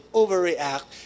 overreact